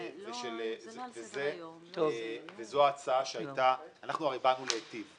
הרי אנחנו באנו להיטיב,